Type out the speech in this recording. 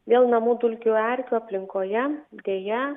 dėl namų dulkių erkių aplinkoje deja